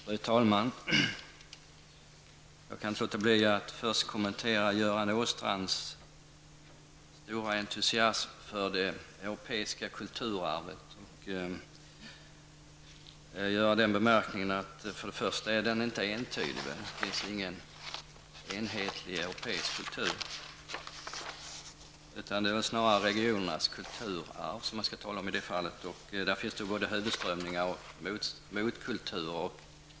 Fru talman! Jag kan inte låta bli att först kommentera Göran Åstrands stora entusiasm för det europeiska kulturarvet. Min första anmärkning är att det kulturarvet inte är entydigt. Det finns ingen enhetlig europeisk kultur, utan man bör snarare tala om regionernas kulturarv, och där finns både huvudströmningar och motkulturer.